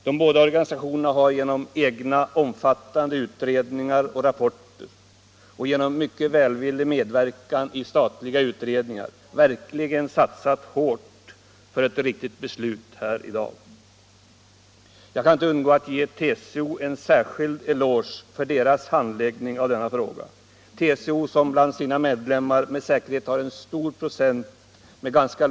De båda organisationerna har genom egna omfattande utredningar och rapporter och genom mycket välvillig medverkan i statliga utredningar verkligen satsat hårt för ett riktigt beslut här i dag. Jag kan inte underlåta att ge TCO en särskild eloge för dess handläggning av denna fråga. TCO, som bland sina medlemmar med säkerhet har en stor procent med ganska.